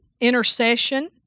intercession